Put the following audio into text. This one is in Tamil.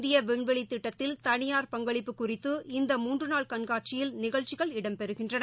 இந்திய விண்வெளி திட்டத்தில் தனியார் பங்களிப்பு குறித்து இந்த மூன்று நாள் கண்காட்சியில் நிகழ்ச்சிகள் இடம்பெறுகின்றன